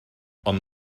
ond